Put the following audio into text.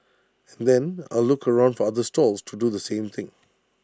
and then I'll look around for other stalls to do the same thing